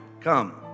Come